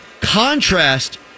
contrast